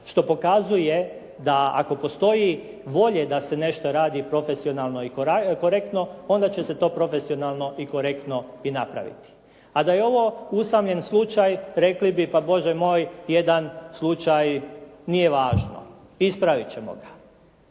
Što ukazuje da ako postoji volje da se nešto radi profesionalno i korektno, onda će se to profesionalno i korektno napraviti. A da je ovo usamljen slučaj, rekli bi, pa Bože moj, jedan slučaj, nije važno, ispraviti ćemo ga.